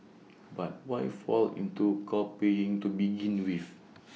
but why fall into copying to begin with